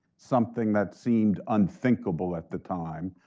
something that seemed unthinkable at the time,